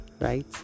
right